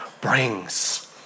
brings